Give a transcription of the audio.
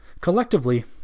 Collectively